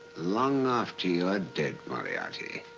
long after you're dead, moriarity.